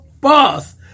boss